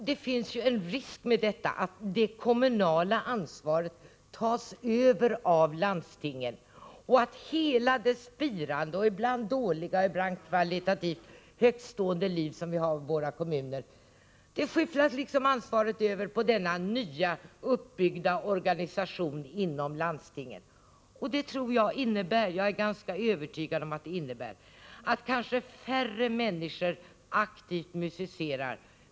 Det finns en risk att det kommunala ansvaret tas över av landstingen och att hela det spirande, ibland dåliga och ibland kvalitativt högtstående, liv som vi har i våra kommuner liksom ansvaret skyfflas över på denna nyuppbyggda organisation inom landstinget. Jag är ganska övertygad om att det innebär att färre människor aktivt musicerar.